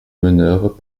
meneurs